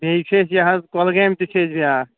بیٚیہِ چِھ اَسہِ یہِ حظ کۄلہٕ گامہِ تہِ چھِ اَسہِ بیٛاکھ